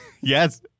Yes